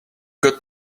got